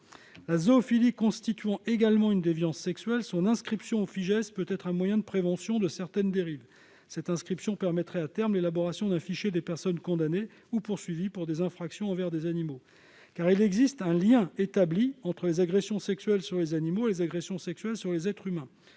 La zoophilie constituant également une déviance sexuelle, son inscription au Fijais peut servir à prévenir certaines dérives. Cette inscription permettrait à terme d'élaborer un fichier des personnes condamnées ou poursuivies pour des infractions envers des animaux. Il existe un lien bien établi entre les agressions sexuelles sur les animaux et les agressions sexuelles sur les êtres humains.